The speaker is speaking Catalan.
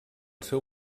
seu